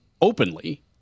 openly